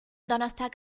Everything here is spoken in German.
donnerstag